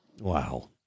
Wow